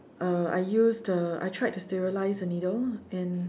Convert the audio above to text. uh I used the I tried to sterilise a needle and